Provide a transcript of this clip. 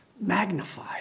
magnify